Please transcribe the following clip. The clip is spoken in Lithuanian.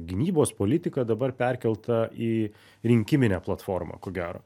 gynybos politika dabar perkelta į rinkiminę platformą ko gero